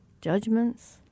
Judgments